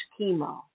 chemo